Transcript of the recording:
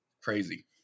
Crazy